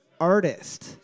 artist